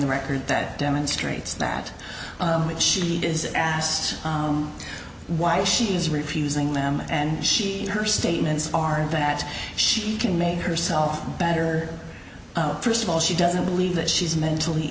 the record that demonstrates that she is asked why she is refusing them and she her statements are that she can make herself better first of all she doesn't believe that she is mentally